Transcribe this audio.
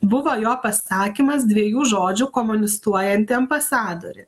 buvo jo pasakymas dviejų žodžių komunistuojanti ambasadorė